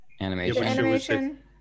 Animation